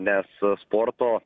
nes sporto